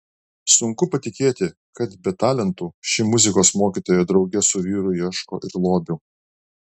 sunku patikėti kad be talentų ši muzikos mokytoja drauge su vyru ieško ir lobių